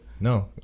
No